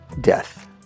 death